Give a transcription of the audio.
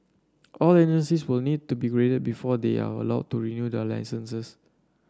all agencies will need to be graded before they are allowed to renew their licences